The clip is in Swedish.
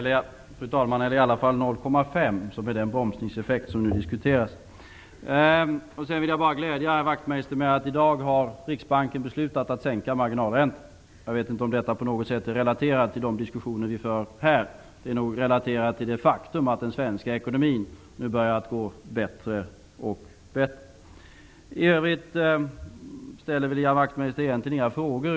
Fru talman! Ja, i alla fall 0,5, som är den bromsningseffekt som nu diskuteras. Jag vill glädja herr Wachtmeister med beskedet att Riksbanken i dag har beslutat att sänka marginalräntan. Jag vet inte om detta på något sätt är relaterat till de diskussioner som vi för här. Det är nog i stället relaterat till det faktum att den svenska ekonomin nu blir bättre och bättre. I övrigt ställer Ian Wachtmeister inga frågor.